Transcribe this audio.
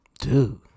Dude